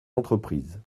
entreprises